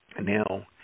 Now